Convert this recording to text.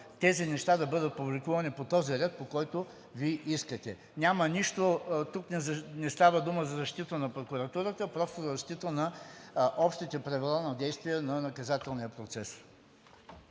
тези неща да бъдат публикувани по този ред, по който Вие искате. Тук не става дума за защита на прокуратурата, просто за защита на общите правила на действие на наказателния процес.